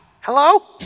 Hello